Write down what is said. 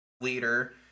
leader